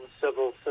civil